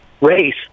race